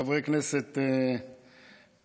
חברי כנסת נכבדים,